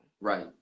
Right